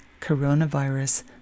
coronavirus